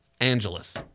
Angeles